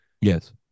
Yes